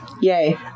yay